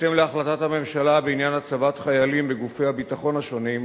בהתאם להחלטת הממשלה בעניין הצבת חיילים בגופי הביטחון השונים,